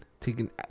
taking